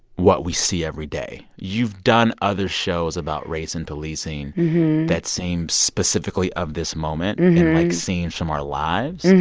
what we see every day? you've done other shows about race and policing that seem specifically of this moment and, like, scenes from our lives.